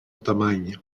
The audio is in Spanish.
tamaño